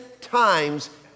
times